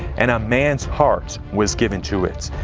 and a man's heart was given to it.